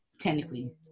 technically